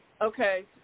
Okay